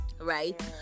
right